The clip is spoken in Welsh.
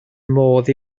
modd